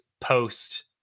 post